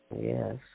yes